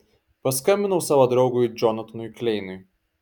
paskambinau savo draugui džonatanui kleinui